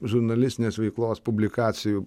žurnalistinės veiklos publikacijų